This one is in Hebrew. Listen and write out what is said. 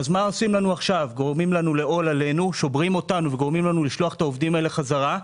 עכשיו שוברים אותנו וגורמים לשלוח את העובדים בחזרה,